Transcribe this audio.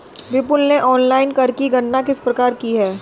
विपुल ने ऑनलाइन कर की गणना किस प्रकार की?